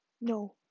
no